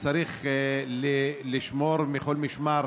וצריך לשמור מכל משמר